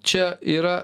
čia yra